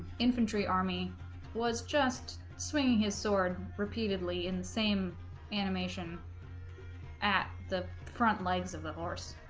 infantry army was just swinging his sword repeatedly in the same animation at the front legs of the horse